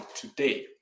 today